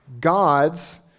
God's